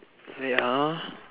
wait ah